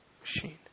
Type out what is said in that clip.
machine